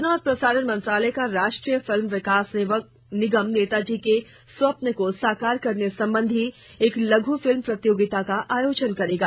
सूचना और प्रसारण मंत्रालय का राष्ट्रीय फिल्मं विकास निगम नेताजी के स्वप्न को साकार करने संबंधी एक लघ् फिल्म प्रतियोगिता का आयोजन करेगा